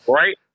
right